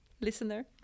listener